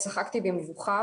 צחקתי במבוכה.